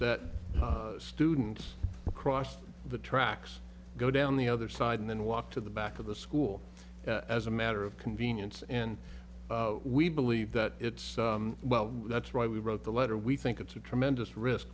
that students across the tracks go down the other side and then walk to the back of the school as a matter of convenience and we believe that it's well that's why we wrote the letter we think it's a tremendous risk